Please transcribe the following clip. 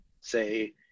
say